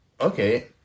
okay